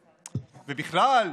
ובכלל,